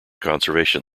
conservation